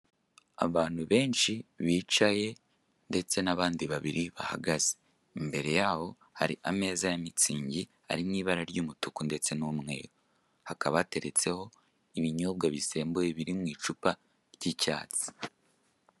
Abantu benshi bicaye ndetse n'abandi babiri bahagaze; imbere yabo hari ameza ya mitsingi ari mu ibara ry'umutuku ndetse n'umweru, hakaba hateretseho ibinyobwa bisembuye biri mu icupa ry'icyatsi.